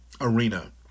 Arena